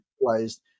realized